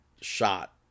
shot